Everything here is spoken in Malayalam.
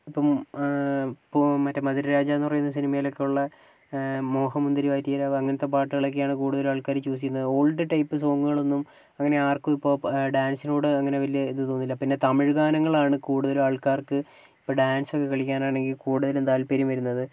ഇപ്പം ഇപ്പം മറ്റേ മധുരരാജ എന്ന് പറയുന്ന സിനിമയിലൊക്കെ ഉള്ള മോഹമുന്തിരി വാറ്റിയ രാവ് അങ്ങനത്തെ പാട്ടുകൾ ഒക്കെയാണ് കൂടുതലും ആൾക്കാർ ചൂസ് ചെയുന്നത് ഓൾഡ് ടൈപ്പ് സോങ്ങുകളൊന്നും അങ്ങനെ ആർക്കും ഇപ്പോൾ ഡാൻസിനോട് അങ്ങനെ വലിയ ഇത് തോന്നില്ല പിന്നെ തമിഴ് ഗാനങ്ങൾ ആണ് കൂടുതലും ആൾക്കാർക്ക് ഇപ്പോൾ ഡാൻസൊക്കെ കളിയ്ക്കാൻ ആണെങ്കിൽ കൂടുതലും താല്പര്യം വരുന്നത്